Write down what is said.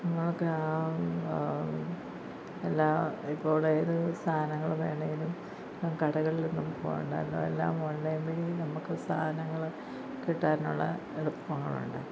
സാധനങ്ങളൊക്കെ എല്ലാം ഇപ്പോൾ ഏത് സാധനങ്ങൾ വേണമെങ്കിലും കടകളിലൊന്നും പോവേണ്ടല്ലോ എല്ലാം ഓൺലൈൻ വഴി നമുക്ക് സാധനങ്ങൾ കിട്ടാനുള്ള എളുപ്പങ്ങളുണ്ട്